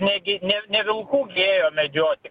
negi ne ne vilkų ėjo medžioti